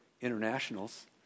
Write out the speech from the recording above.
internationals